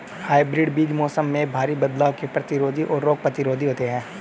hybrid बीज मौसम में भारी बदलाव के प्रतिरोधी और रोग प्रतिरोधी होते हैं